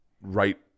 right